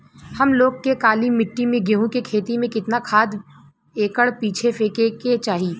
हम लोग के काली मिट्टी में गेहूँ के खेती में कितना खाद एकड़ पीछे फेके के चाही?